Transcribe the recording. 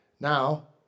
Now